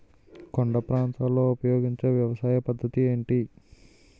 కొండ ప్రాంతాల్లో ఉపయోగించే వ్యవసాయ పద్ధతి ఏంటి?